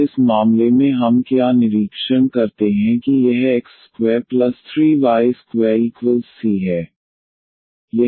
और इस मामले में हम क्या निरीक्षण करते हैं कि यह x23y2c है